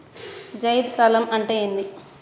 జైద్ కాలం అంటే ఏంది?